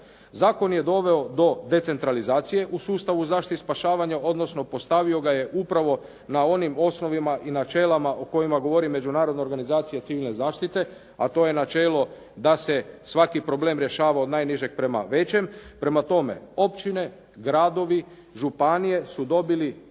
Zakon je doveo do decentralizacije u sustavu zaštite i spašavanja, odnosno postavio ga je upravo na onim osnovima i načelima o kojima govori međunarodna organizacija civilne zaštite, a to je načelo da se svaki problem rješava od najnižeg prema većem. Prema tome, općine, gradovi, županije su dobili